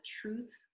truth